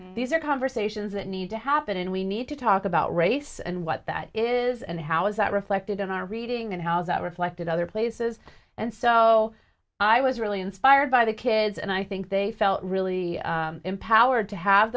today these are conversations that need to happen and we need to talk about race and what that is and how is that reflected in our reading and how is that reflected other places and so i was really inspired by the kids and i think they felt really empowered to have